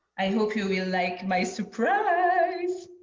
i hope you will like my surprise!